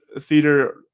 theater